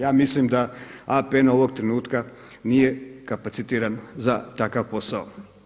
Ja mislim da APN ovog trenutka nije kapacitiran za takav posao.